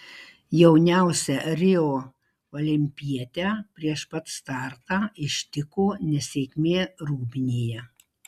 jauniausią rio olimpietę prieš pat startą ištiko nesėkmė rūbinėje